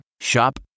Shop